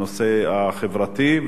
הנושא החברתי,